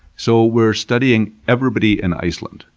so we're studying everybody in iceland.